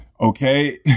Okay